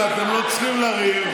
ההצעות, השר ישיב, ונצביע.